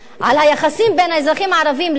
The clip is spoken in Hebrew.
על היחסים בין האזרחים הערבים לבין